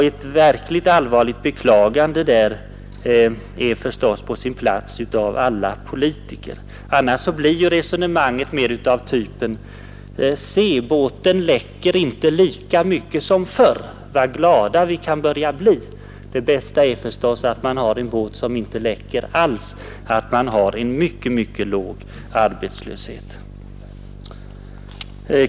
Ett verkligt allvarligt beklagande är förstås på sin plats av alla politiker. Annars blir ju resonemanget mer av typen: Se båten läcker inte lika mycket som förr, vad glada vi kan bli. Det bästa är förstås att man har en båt som inte läcker alls, att man har en ekonomisk politik som ger en mycket mycket låg arbetslöshet.